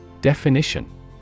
Definition